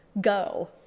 go